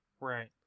Right